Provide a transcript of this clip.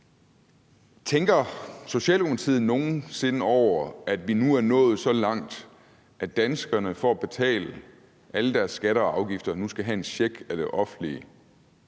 Tænker Socialdemokratiet nogen sinde over, at vi nu er nået så langt, at danskerne for at betale alle deres skatter og afgifter skal have en check af det offentlige,